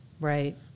Right